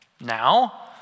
now